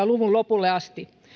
luvun lopulle asti